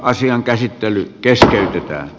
asian käsittely keskeytetään